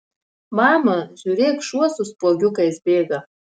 mama žiūrėk šuo su spuogiukais bėga